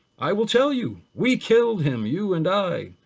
i will tell you, we killed him, you and i,